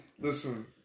Listen